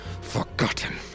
Forgotten